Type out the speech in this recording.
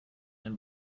ein